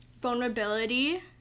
vulnerability